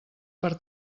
per